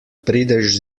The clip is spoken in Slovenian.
prideš